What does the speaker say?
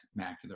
macular